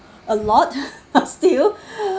a lot still